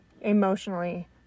emotionally